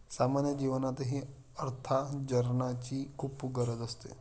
सामान्य जीवनातही अर्थार्जनाची खूप गरज असते